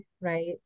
right